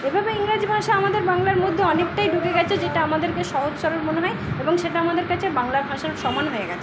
এভাবে ইংরাজি ভাষা আমাদের বাংলার মধ্যে অনেকটাই ঢুকে গেছে যেটা আমাদেরকে সহজ সরল মনে হয় এবং সেটা আমাদের কাছে বাংলা ভাষার সমান হয়ে গেছে